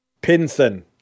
Pinson